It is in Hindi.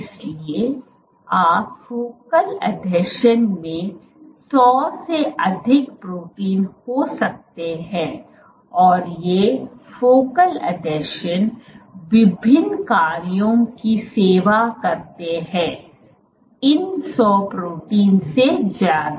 इसलिए आप फोकल आसंजन में 100 से अधिक प्रोटीन हो सकते हैं और ये फोकल आसंजन विभिन्न कार्यों की सेवा करते हैं इन 100 प्रोटीनो से ज्यादा